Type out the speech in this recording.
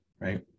right